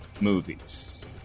movies